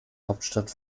hauptstadt